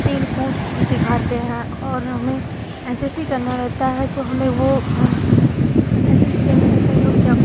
खेलकूद सिखाते हैं और हमें एन सी सी करना रहता है तो हमें वो क्या एन सी सी करना रहता है तो क्या